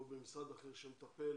במשרד אחר שמטפל